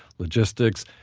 logistics,